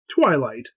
Twilight